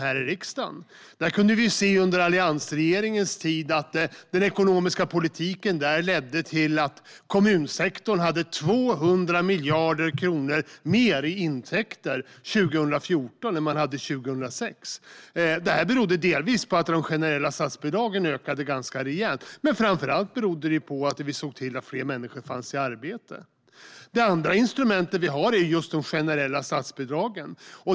Under alliansregeringens tid kunde vi se att den ekonomiska politiken ledde till att kommunsektorn hade 200 miljarder kronor mer i intäkter 2014 än vad man hade 2006. Detta berodde delvis på att de generella statsbidragen ökade ganska rejält, men framför allt berodde det på att vi såg till att fler människor fanns i arbete. Det andra instrumentet vi har är just de generella statsbidragen.